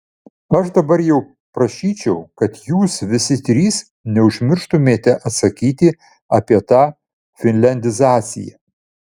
aš dabar jau prašyčiau kad jūs visi trys neužmirštumėte atsakyti apie tą finliandizaciją